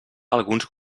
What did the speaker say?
alguns